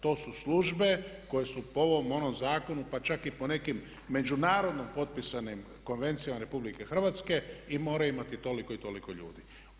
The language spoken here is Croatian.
To su službe koje su po ovom i onom zakonu pa čak i po nekim međunarodno potpisanim konvencijama RH i moraju imati toliko i toliko ljudi.